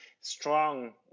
strong